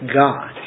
God